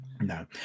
No